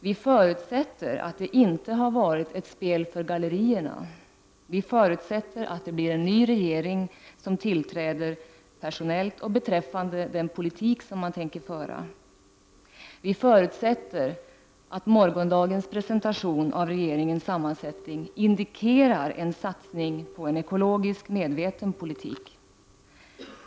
Vi förutsätter att det som skett inte har varit ett spel för gallerierna. Vi förutsätter att det är en ny regering som tillträder — personellt och beträffande den politik man tänker föra. Vi förutsätter att morgondagens presentation av regeringens sammansättning indikerar en satsning på en ekologiskt medveten politik.